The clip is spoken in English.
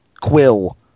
quill